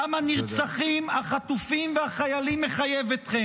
דם הנרצחים, החטופים והחיילים מחייב אתכם.